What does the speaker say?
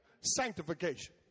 Sanctification